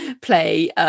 play